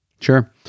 Sure